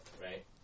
right